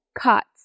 cuts